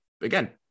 Again